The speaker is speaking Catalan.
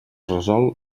resol